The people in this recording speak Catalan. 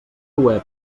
web